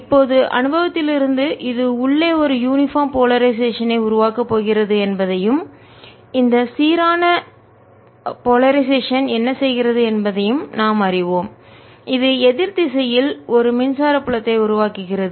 இப்போது அனுபவத்திலிருந்து இது உள்ளே ஒரு யூனிபார்ம் போலரைசேஷன் ஐ சீரான துருவமுனைப்பு உருவாக்கப் போகிறது என்பதையும் இந்த யூனிபார்ம் போலரைசேஷன் சீரான துருவமுனைப்பு என்ன செய்கிறது என்பதையும் நாம் அறிவோம் இது எதிர் திசையில் ஒரு மின்சார புலத்தை உருவாக்குகிறது